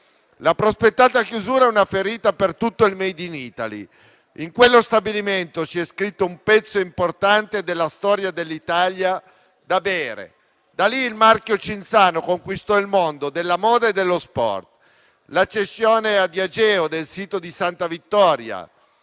La prospettata chiusura è una ferita per tutto il *made in Italy*. In quello stabilimento si è scritto un pezzo importante della storia dell'"Italia da bere"; da lì il marchio Cinzano conquistò il mondo della moda e dello sport. La Diageo gruppo è quotata